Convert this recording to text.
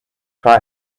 try